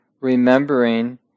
remembering